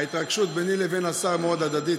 ההתרגשות ביני לבין השר מאוד הדדית,